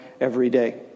everyday